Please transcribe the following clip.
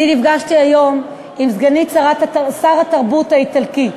אני נפגשתי היום עם סגנית שר התרבות של איטליה,